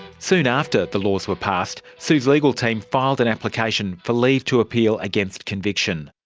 soon after the laws were passed, sue's legal team filed an application for leave to appeal against conviction.